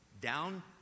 down